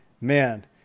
man